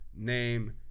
name